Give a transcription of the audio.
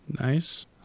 Nice